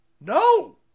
No